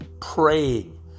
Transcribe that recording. praying